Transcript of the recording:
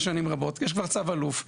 לאות כדי לגרום לכך שהדברים האלו לא יישנו,